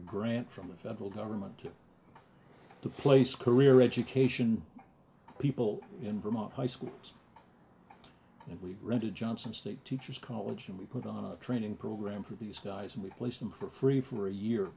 grant from the federal government to place career education people in vermont high schools and we rented johnson state teacher's college and we put on a training program for these guys and we placed them for free for a year